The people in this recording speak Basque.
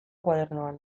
koadernoan